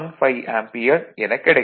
15 ampere எனக் கிடைக்கும்